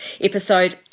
episode